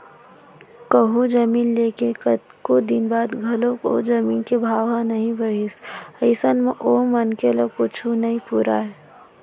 कहूँ जमीन ले के कतको दिन बाद घलोक ओ जमीन के भाव ह नइ बड़हिस अइसन म ओ मनखे ल कुछु नइ पुरय